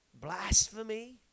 Blasphemy